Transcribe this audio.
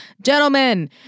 Gentlemen